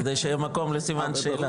כדי שיהיה מקום לסימן שאלה.